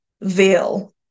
veil